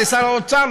לשר האוצר,